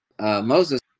Moses